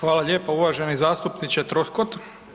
Hvala lijepo uvaženi zastupniče Troskot.